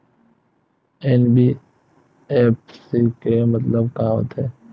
NBFC के मतलब का होथे?